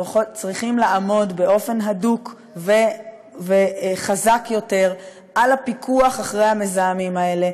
צריכים לעמוד באופן הדוק וחזק יותר על הפיקוח אחרי המזהמים האלה,